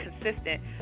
consistent